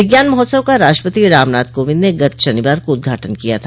विज्ञान महोत्सव का राष्ट्रपति रामनाथ कोविंद न गत शनिवार को उद्घाटन किया था